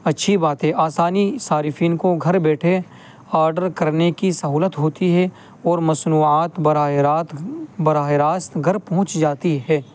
اچھی باتیں آسانی صارفین کو گھر بیٹھے آرڈر کرنے کی سہولت ہوتی ہے اور مصنوعات براہ راست براہ راست گھر پہنچ جاتی ہے